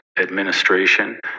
administration